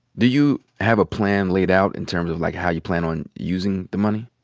do you have a plan laid out in terms of, like, how you plan on using the money?